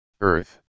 earth